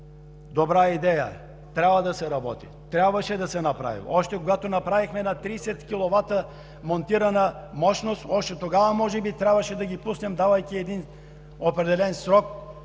добра идея, трябва да се работи, трябваше да се направи – още когато направихме над 30 киловата монтирана мощност – още тогава може би трябваше да ги пуснем, давайки определен срок